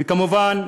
וכמובן,